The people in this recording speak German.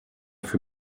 für